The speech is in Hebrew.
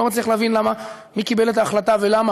אני לא מצליח להבין מי קיבל את ההחלטה ולמה